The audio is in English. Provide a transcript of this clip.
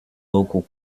local